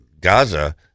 Gaza